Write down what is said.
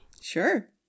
Sure